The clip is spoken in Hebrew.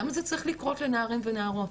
למה זה צריך לקרות לנערים ונערות?